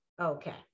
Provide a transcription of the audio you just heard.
Okay